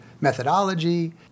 methodology